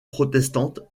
protestante